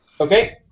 Okay